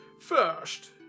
First